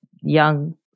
young